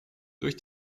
durch